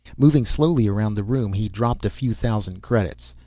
moving slowly around the room he dropped a few thousand credits.